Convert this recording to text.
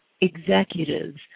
executives